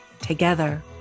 together